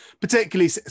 particularly